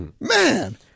Man